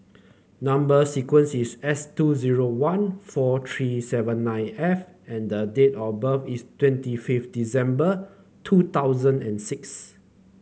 number sequence is S two zero one four three seven nine F and the date of birth is twenty fifth December two thousand and six